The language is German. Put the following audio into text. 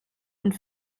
und